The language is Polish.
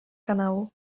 kanału